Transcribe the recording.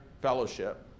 fellowship